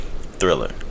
Thriller